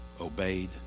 obeyed